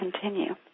continue